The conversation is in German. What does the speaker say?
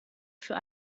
für